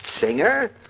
Singer